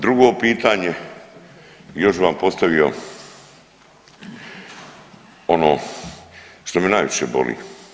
Drugo pitanje, još bi vam postavio ono što me najviše boli.